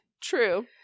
True